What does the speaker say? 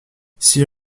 six